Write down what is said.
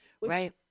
Right